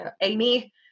Amy